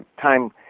time